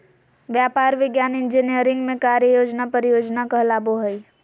व्यापार, विज्ञान, इंजीनियरिंग में कार्य योजना परियोजना कहलाबो हइ